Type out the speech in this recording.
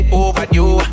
overdue